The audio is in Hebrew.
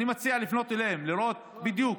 אני מציע לפנות אליהם, לראות בדיוק.